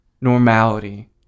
normality